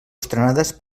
estrenades